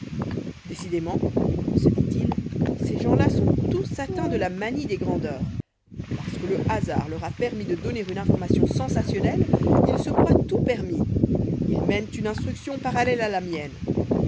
décidément se dit-il ces gens-là sont tous atteints de la manie des grandeurs parce que le hasard leur a permis de donner une information sensationnelle ils se croient tout permis ils mènent une instruction parallèle à la mienne